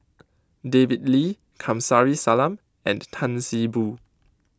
David Lee Kamsari Salam and Tan See Boo